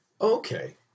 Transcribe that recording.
Okay